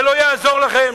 זה לא יעזור לכם.